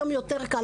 היום יותר קל,